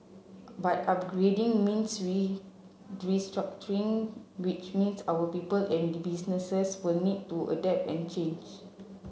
but upgrading means restructuring which means our people and the businesses was need to adapt and change